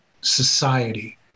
society